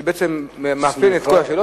שבעצם מאחד את כל השאלות,